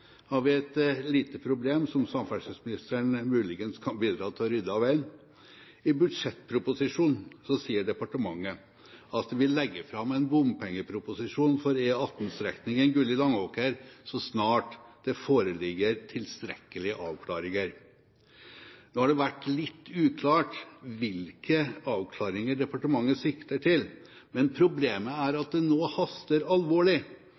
har vi et lite problem som samferdselsministeren muligens kan bidra til å rydde av veien. I budsjettproposisjonen sier departementet at de vil legge fram en bompengeproposisjon for E18-strekningen Gulli–Langåker så snart det foreligger tilstrekkelige avklaringer. Nå har det vært litt uklart hvilke avklaringer departementet sikter til, men problemet er at det nå haster alvorlig